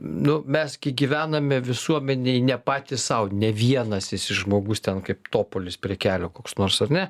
nu mes gi gyvename visuomenėj ne patys sau ne vienas esi žmogus ten kaip topolis prie kelio koks nors ar ne